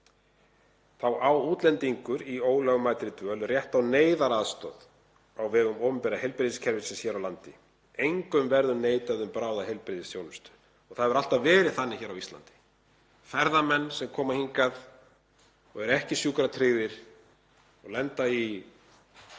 Þá á útlendingur í ólögmætri dvöl rétt á neyðaraðstoð á vegum opinbera heilbrigðiskerfisins hér á landi. Engum verður neitað um bráðaheilbrigðisþjónustu. Það hefur alltaf verið þannig á Íslandi. Ferðamenn sem koma hingað og eru ekki sjúkratryggðir og lenda í